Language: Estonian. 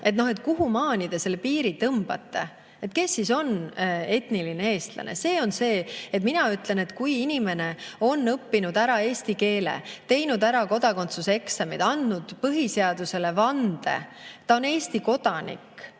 kuhu maani te selle piiri tõmbate? Kes siis on etniline eestlane? Mina ütlen, et kui inimene on õppinud ära eesti keele, teinud ära kodakondsuse eksamid, andnud põhiseadusele vande, ta on Eesti kodanik,